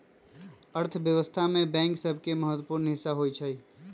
अर्थव्यवस्था में बैंक सभके महत्वपूर्ण हिस्सा होइ छइ